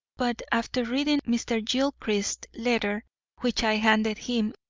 but after reading mr. gilchrist's letter which i handed him,